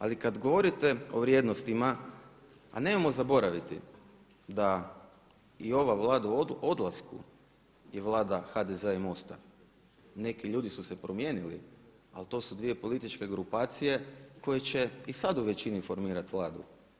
Ali kad govorite o vrijednostima, a nemojmo zaboraviti da i ova Vlada u odlasku i Vlada HDZ-a i MOST-a neki ljudi su se promijenili ali to su dvije političke grupacije koje će i sad u većini formirati Vladu.